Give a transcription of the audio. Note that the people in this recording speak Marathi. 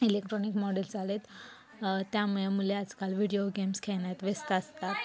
इलेक्ट्रॉनिक मॉडेल्स आले आहेत त्यामुळे मुले आजकाल व्हिडिओ गेम्स खेळण्यात व्यस्त असतात